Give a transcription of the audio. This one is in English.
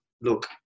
look